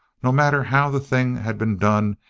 no matter how the thing had been done,